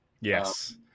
Yes